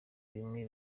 bimwe